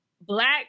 Black